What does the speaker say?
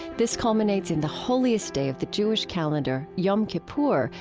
this culminates in the holiest day of the jewish calendar, yom kippur,